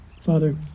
Father